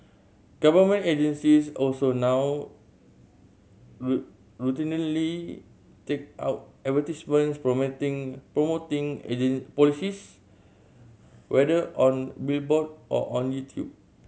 government agencies also now routinely take out advertisements promoting promoting policies whether on billboard or on YouTube